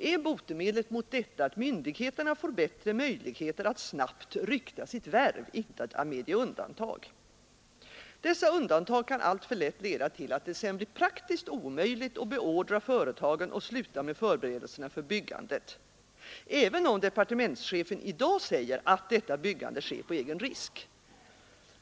är botemedlet mot detta att myndigheterna får bättre möjligheter att snabbt rykta sitt värv, inte att medge undantag. Dessa undantag kan alltför lätt leda till att det sedan blir praktiskt omöjligt att beordra företagen att sluta med förberedelserna för byggandet, även om departementschefen i dag säger att detta byggande sker på egen risk.